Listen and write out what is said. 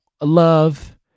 love